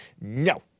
No